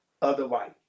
otherwise